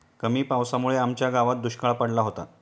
कमी पावसामुळे आमच्या गावात दुष्काळ पडला होता